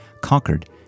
Conquered